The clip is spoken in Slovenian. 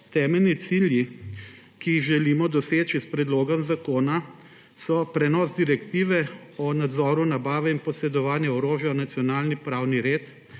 Temeljni cilji, ki jih želimo doseči s predlogom zakona, so prenos Direktive o nadzoru nabave in posedovanja orožja v nacionalni pravni red.